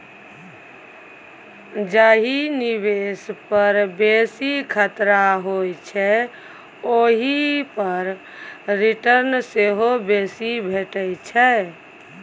जाहि निबेश पर बेसी खतरा होइ छै ओहि पर रिटर्न सेहो बेसी भेटै छै